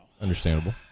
understandable